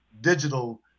digital